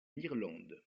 irlande